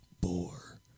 bore